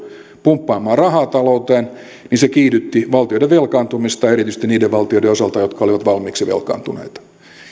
pumppaamaan rahaa talouteen kiihdytti valtioiden velkaantumista erityisesti niiden valtioiden osalta jotka olivat valmiiksi velkaantuneita